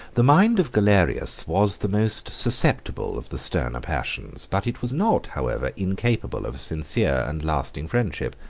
the mind of galerius was the most susceptible of the sterner passions, but it was not, however, incapable of a sincere and lasting friendship.